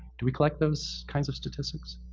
do we collect those kinds of statistics?